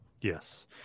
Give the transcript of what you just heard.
Yes